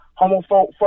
homophobic